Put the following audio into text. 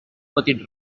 petit